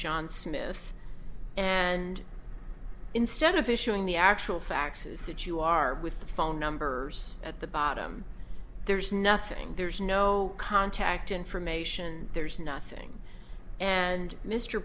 john smith and instead of issuing the actual faxes that you are with the phone numbers at the bottom there's nothing there's no contact information there's nothing and mr